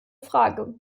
frage